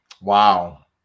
wow